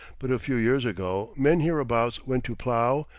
but a few years ago men hereabouts went to plough,